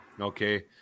Okay